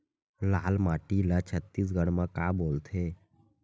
लाल माटी ला छत्तीसगढ़ी मा का बोलथे?